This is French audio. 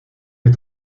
les